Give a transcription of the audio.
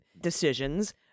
decisions